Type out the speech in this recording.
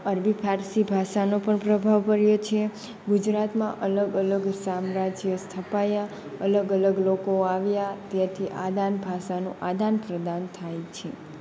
અરબી ફારસી ભાષાનો પણ પ્રભાવ પડ્યો છે ગુજરાતમાં અલગ અલગ સામ્રાજ્ય સ્થપાયા અલગ અલગ લોકો આવ્યા તેથી આદાન ભાષાનું આદાન પ્રદાન થાય છે